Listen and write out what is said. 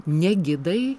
ne gidai